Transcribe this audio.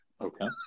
Okay